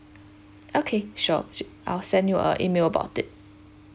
okay sure I'll send you a email about it